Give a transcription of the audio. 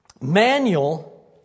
manual